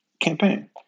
campaign